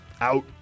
Out